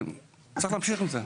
צריך להמשיך עם זה.